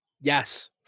Yes